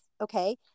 okay